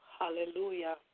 Hallelujah